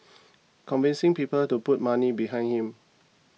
convincing people to put money behind him